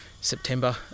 September